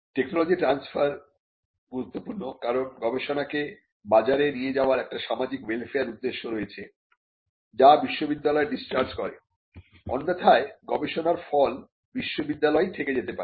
technology transfer ও গুরুত্বপূর্ণ কারণ গবেষণাকে বাজারে নিয়ে যাওয়ার একটি সামাজিক ওয়েলফেয়ার উদ্দেশ্য রয়েছে যা বিশ্ববিদ্যালয় ডিসচার্জ করে অন্যথায় গবেষণার ফল বিশ্ববিদ্যালয়েই থেকে যেতে পারে